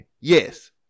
yes